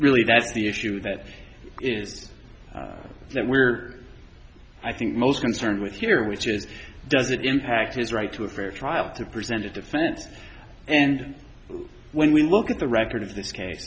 really that's the issue that is that we're i think most concerned with here which is does it impact his right to a fair trial to present a defense and when we look at the record of this case